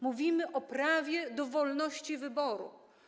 Mówimy o prawie do wolności wyboru.